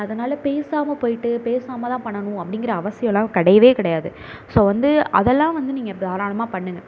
அதனால் பேசாமல் போய்ட்டு பேசாமல் தான் பண்ணணும் அப்படிங்கிற அவசியம்லாம் கிடையவே கிடையாது ஸோ வந்து அதெல்லாம் வந்து நீங்கள் தாராளமாக பண்ணுங்கள்